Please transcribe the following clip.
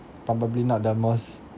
probably not the most